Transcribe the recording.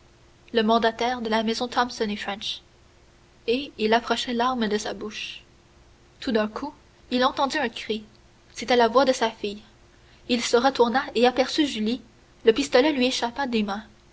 le mandataire de la maison thomson et french et il approchait l'arme de sa bouche tout à coup il entendit un cri c'était la voix de sa fille il se retourna et aperçut julie le pistolet lui échappa des mains